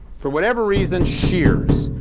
for whatever reason, shears.